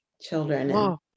children